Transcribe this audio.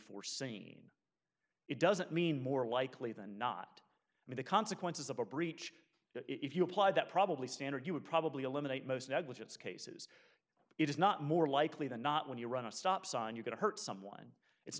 foreseen it doesn't mean more likely than not and the consequences of a breach if you apply that probably standard you would probably eliminate most negligence cases it is not more likely than not when you run a stop sign you get hurt someone it's